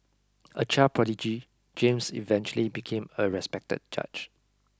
a child prodigy James eventually became a respected judge